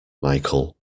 michael